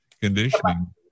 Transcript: Conditioning